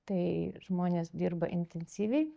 tai žmonės dirba intensyviai